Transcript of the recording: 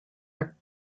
are